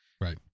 right